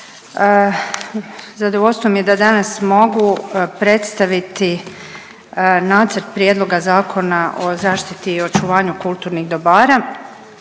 zadovoljstvo mi je da danas mogu predstaviti Nacrt prijedloga Zakona o zaštiti i očuvanju kulturnih dobara.